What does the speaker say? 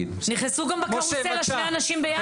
נכנסו בקרוסלה שני אנשים יחד.